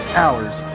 hours